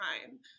time